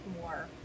more